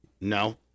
no